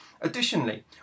Additionally